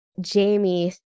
Jamie